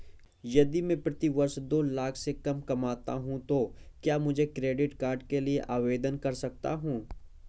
यदि मैं प्रति वर्ष दो लाख से कम कमाता हूँ तो क्या मैं क्रेडिट कार्ड के लिए आवेदन कर सकता हूँ?